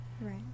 Right